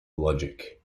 logic